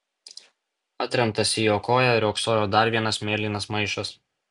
atremtas į jo koją riogsojo dar vienas mėlynas maišas